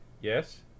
Yes